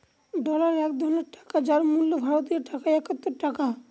dollar এক ধরনের টাকা যার মূল্য ভারতীয় টাকায় একাত্তর টাকা